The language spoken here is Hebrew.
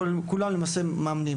כשלמעשה כולם מאמנים.